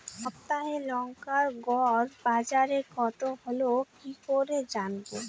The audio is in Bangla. সপ্তাহে লংকার গড় বাজার কতো হলো কীকরে জানবো?